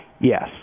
Yes